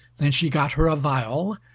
then she got her a viol,